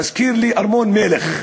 מזכיר לי ארמון מלך,